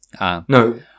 No